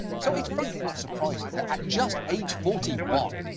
so, it's frankly not surprising that just age forty one,